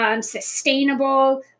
Sustainable